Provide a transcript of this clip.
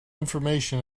information